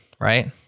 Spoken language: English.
right